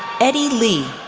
eddie li,